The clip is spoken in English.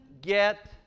get